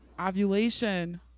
Ovulation